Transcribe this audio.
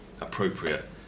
appropriate